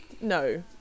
no